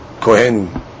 Kohen